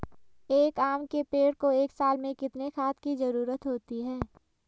एक आम के पेड़ को एक साल में कितने खाद की जरूरत होती है?